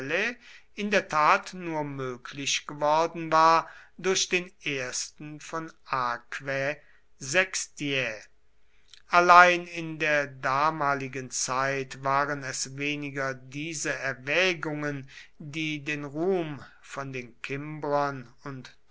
in der tat nur möglich geworden war durch den ersten von aquae sextiae allein in der damaligen zeit waren es weniger diese erwägungen die den ruhm von den kimbrern und